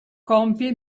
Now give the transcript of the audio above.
compie